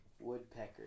Woodpecker